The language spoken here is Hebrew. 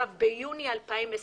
ביוני 2020,